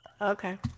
Okay